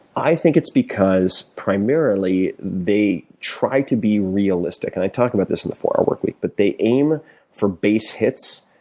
i think it's because, primarily, they try to be realistic, and i talk about this in the four hour work week, but they aim for base hits.